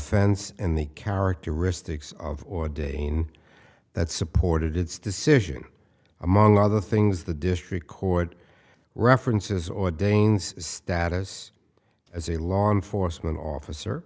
fence in the characteristics of ordain that supported its decision among other things the district court references ordains status as a law enforcement officer